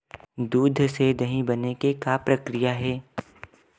दूध से दही बने के का प्रक्रिया हे?